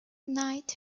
night